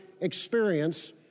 experience